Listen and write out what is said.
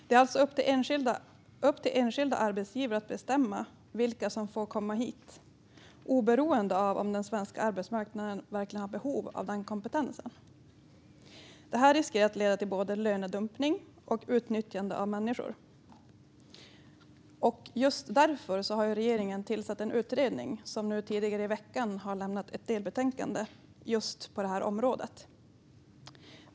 Det är alltså upp till enskilda arbetsgivare att bestämma vilka som får komma hit, oberoende av om den svenska arbetsmarknaden verkligen har behov av den kompetensen. Detta riskerar att leda till både lönedumpning och utnyttjande av människor. Just därför har regeringen tillsatt en utredning som tidigare i veckan har lämnat ett delbetänkande på just det här området.